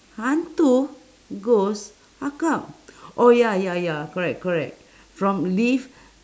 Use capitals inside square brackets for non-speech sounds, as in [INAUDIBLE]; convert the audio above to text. hantu ghost akak [BREATH] oh ya ya ya correct correct from live